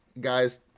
guys